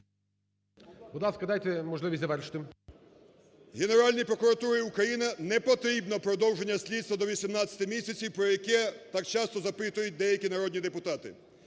Генеральній прокуратурі України не потрібне продовження слідства до 18 місяців, про яке так часто запитують деякі народні депутати.